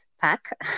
pack